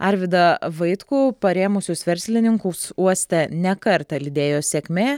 arvydą vaitkų parėmusius verslininkus uoste ne kartą lydėjo sėkmė